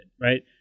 Right